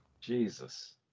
Jesus